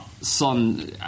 Son